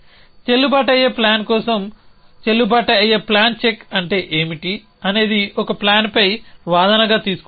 చెల్లుబాటు అయ్యే ప్లాన్ కోసం చెల్లుబాటు అయ్యే ప్లాన్ చెక్ అంటే ఏమిటి అనేది ఒక ప్లాన్ పై వాదనగా తీసుకుంటుంది